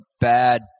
bad